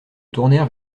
tournèrent